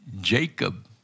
Jacob